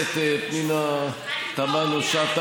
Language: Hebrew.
חברת הכנסת פנינה תמנו-שטה,